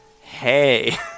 Hey